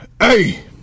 Hey